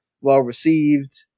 well-received